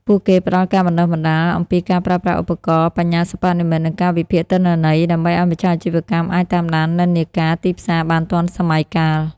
ពួកគេផ្ដល់ការបណ្ដុះបណ្ដាលអំពីការប្រើប្រាស់ឧបករណ៍បញ្ញាសិប្បនិម្មិត និងការវិភាគទិន្នន័យ ដើម្បីឱ្យម្ចាស់អាជីវកម្មអាចតាមដាននិន្នាការទីផ្សារបានទាន់សម័យកាល។